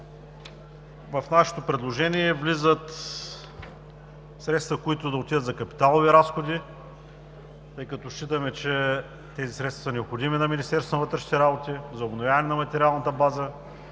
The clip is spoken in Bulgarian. в нашето предложение – влизат средства, които да отидат за капиталови разходи, тъй като, считаме, че тези средства са необходими на Министерството на вътрешните работи за обновяване на материалната база,